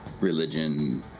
religion